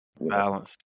balance